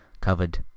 covered